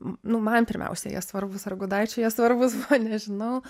nu man pirmiausia jie svarbūs ar gudaičio jie svarbūs buvo nežinau